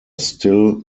still